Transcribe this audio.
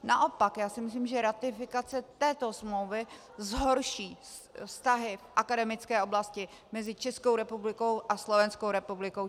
Naopak já si myslím, že ratifikace této smlouvy zhorší vztahy v akademické oblasti mezi Českou republikou a Slovenskou republikou.